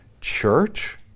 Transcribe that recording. church